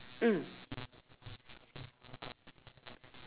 mm